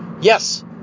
Yes